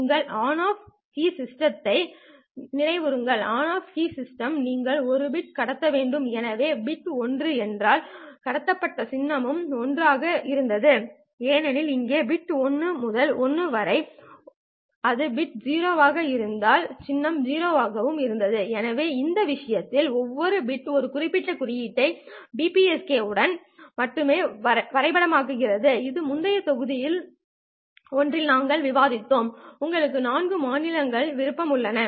உங்கள் on off keying சிஸ்டத்தை நினைவுகூருங்கள் ஆன் ஆஃப் கீயிங் சிஸ்டம் நீங்கள் 1 பிட் கடத்த வேண்டும் எனவே பிட் ஒன்று என்றால் கடத்தப்பட்ட சின்னமும் 1 ஆக இருந்தது ஏனெனில் இங்கே பிட் 1 முதல் 1 வரை அது பிட் 0 ஆக இருந்தால் சின்னம் 0 ஆகவும் இருந்தது எனவே இந்த விஷயத்தில் ஒவ்வொரு பிட் ஒரு குறிப்பிட்ட குறியீட்டை BPSK உடன் மட்டுமே வரைபடமாக்குகிறது இது முந்தைய தொகுதிகளில் ஒன்றில் நாங்கள் விவாதித்தோம் உங்களுக்கு 4 மாநிலங்களின் விருப்பங்கள் உள்ளன